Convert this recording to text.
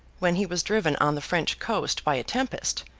when he was driven on the french coast by a tempest,